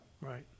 Right